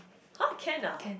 !huh! can lah